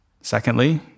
Secondly